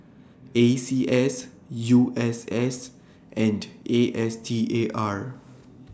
A C S U S S and A S T A R